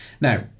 now